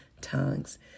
tongues